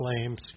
flames